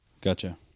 gotcha